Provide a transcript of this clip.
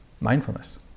mindfulness